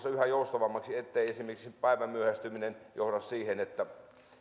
yhä joustavammaksi ettei esimerkiksi päivän myöhästyminen johda siihen että